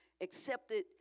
accepted